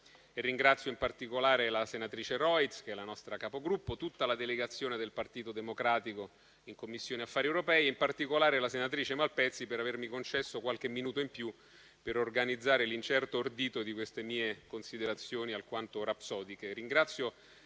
Ringrazio in particolare la senatrice Rojc, che è la nostra Capogruppo in Commissione, tutta la delegazione del Partito Democratico in Commissione affari europei, e la senatrice Malpezzi per avermi concesso qualche minuto in più per organizzare l'incerto ordito di queste mie considerazioni alquanto rapsodiche.